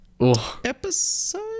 episode